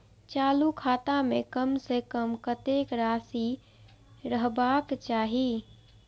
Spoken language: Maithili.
चालु खाता में कम से कम कतेक राशि रहबाक चाही?